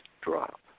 drop